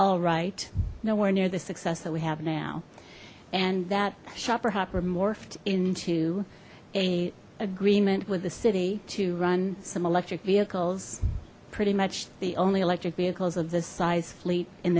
all right nowhere near the success that we have now and that shopper hopper morphed into a agreement with the city to run some electric vehicles pretty much the only electric vehicles of this size fleet in